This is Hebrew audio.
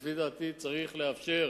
לפי דעתי, צריך לאפשר